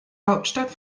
hauptstadt